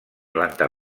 planta